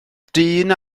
dyn